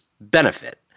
benefit